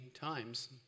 times